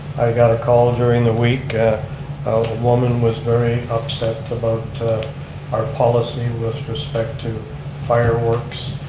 i got a call during the week, a woman was very upset about our policy with respect to fireworks,